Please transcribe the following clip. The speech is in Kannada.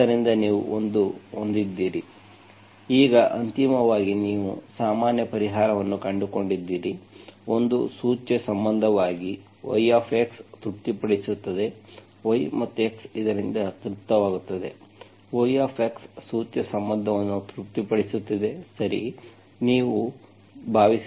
ಆದ್ದರಿಂದ ನೀವು ಒಂದು ಹೊಂದಿದ್ದೀರಿ ಈಗ ಅಂತಿಮವಾಗಿ ನೀವು ಸಾಮಾನ್ಯ ಪರಿಹಾರವನ್ನು ಕಂಡುಕೊಂಡಿದ್ದೀರಿ ಒಂದು ಸೂಚ್ಯ ಸಂಬಂಧವಾಗಿ y ತೃಪ್ತಿಪಡಿಸುತ್ತದೆ y ಮತ್ತು x ಇದರಿಂದ ತೃಪ್ತವಾಗಿದೆ y ಸೂಚ್ಯ ಸಂಬಂಧವನ್ನು ತೃಪ್ತಿಪಡಿಸುತ್ತಿದೆ ಸರಿ